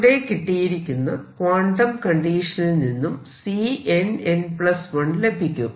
ഇവിടെ കിട്ടിയിരിക്കുന്ന ക്വാണ്ടം കണ്ടീഷനിൽ നിന്നും Cnn1ലഭിക്കും